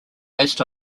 based